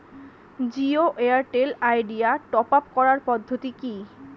Jio Airtel Idea top up করার পদ্ধতি কি?